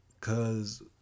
cause